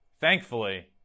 thankfully